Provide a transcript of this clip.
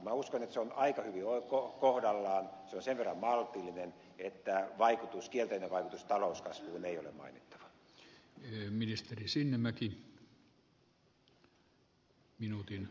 minä uskon että se on aika hyvin kohdallaan se on sen verran maltillinen että kielteinen vaikutus talouskasvuun ei ole mainittava